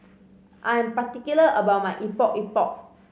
I am particular about my Epok Epok